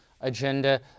agenda